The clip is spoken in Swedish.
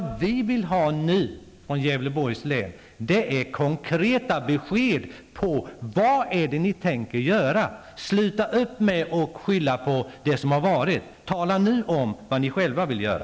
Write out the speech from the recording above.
Vad vi vill ha nu, från Gävleborgs län, är konkreta besked om vad ni tänker göra. Sluta upp med att skylla på det som har varit! Tala nu om vad ni själva vill göra!